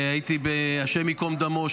השם ייקום דמו,